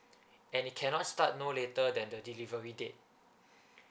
and it cannot start no later than the delivery day